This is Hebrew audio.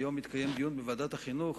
היום התקיים דיון בוועדת החינוך